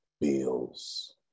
bills